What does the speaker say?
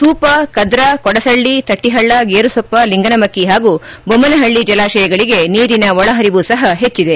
ಸೂಪಾ ಕದ್ರಾ ಕೊಡಸಳ್ಳಿ ತಟ್ಟಿಹಳ್ಳ ಗೇರುಸೊಪ್ಪ ಲಿಂಗನಮಕ್ಕಿ ಹಾಗೂ ಬೊಮ್ಮನಹಳ್ಳಿ ಜಲಾಶಯಗಳಿಗೆ ನೀರಿನ ಒಳಹರಿವು ಸಹ ಹೆಚ್ಚಿದೆ